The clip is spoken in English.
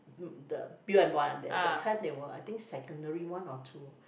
mm the that time they were I think secondary one or two